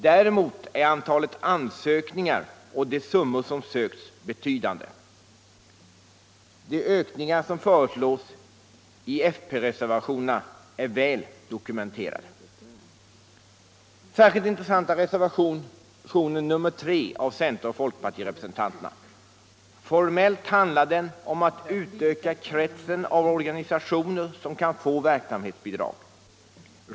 Däremot är antalet ansökningar och de summor som sökts betydande. De ökningar som föreslås i fp-reservationerna är väl dokumenterade. Särskilt intressant är reservationen .3 av center och folkpartirepresentanterna. Formellt handlar den om att utöka kretsen av organisationer som kan få verksamhetsbidrag.